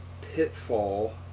pitfall